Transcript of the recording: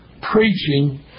preaching